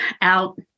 Out